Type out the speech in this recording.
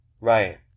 Right